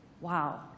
Wow